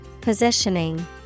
Positioning